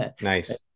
Nice